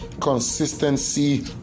consistency